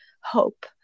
hope